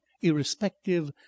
irrespective